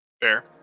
Fair